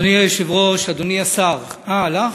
אדוני היושב-ראש, אדוני השר, הלך?